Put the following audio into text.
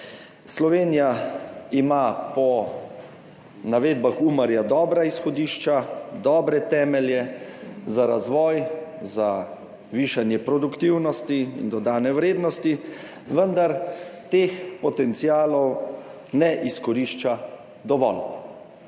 Slovenija ima po navedbah Umarja dobra izhodišča, dobre temelje za razvoj, za višanje produktivnosti in dodane vrednosti, vendar teh potencialov ne izkorišča dovolj.